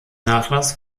nachlass